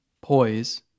Poise